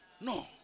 No